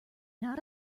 not